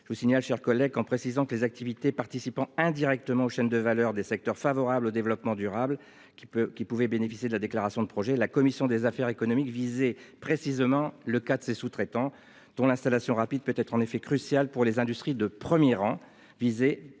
Je vous signale, chers collègues, en précisant que les activités participant indirectement aux chaînes de valeur des secteurs favorables au développement durable qui peut qui pouvaient bénéficier de la déclaration de projet. La commission des affaires économiques viser précisément le cas de ses sous-traitants dont l'installation rapide peut être en effet crucial pour les industries de 1er rang visés